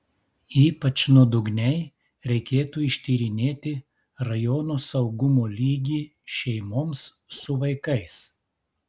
ypač nuodugniai reikėtų ištyrinėti rajono saugumo lygį šeimoms su vaikais